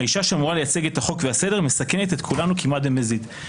האישה שאמורה לייצג את החוק והסדר מסכנת את כולנו כמעט במזיד.